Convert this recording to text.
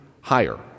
higher